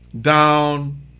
down